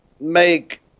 make